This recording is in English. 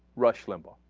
rush limbaugh